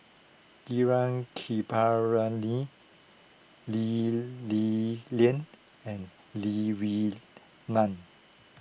Gaurav Kripalani Lee Li Lian and Lee Wee Nam